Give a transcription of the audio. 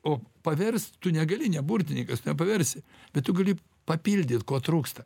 o paverst tu negali ne burtininkas nepaversi bet tu gali papildyt ko trūksta